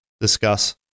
Discuss